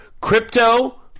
Crypto